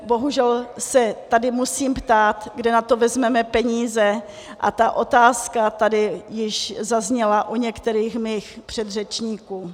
Bohužel se tady musím ptát, kde na to vezmeme peníze, a ta otázka tady již zazněla u některých mých předřečníků.